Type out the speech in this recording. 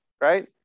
right